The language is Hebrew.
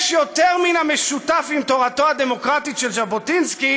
יש יותר מן המשותף עם תורתו הדמוקרטית של ז'בוטינסקי,